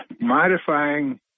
modifying